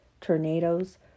tornadoes